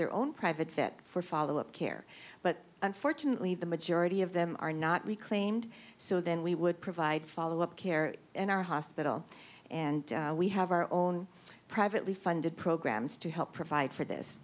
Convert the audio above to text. their own private fit for follow up care but unfortunately the majority of them are not reclaimed so then we would provide follow up care in our hospital and we have our own privately funded programs to help provide for this